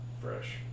fresh